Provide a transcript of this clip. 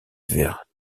vers